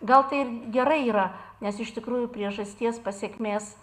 gal tai ir gerai yra nes iš tikrųjų priežasties pasekmės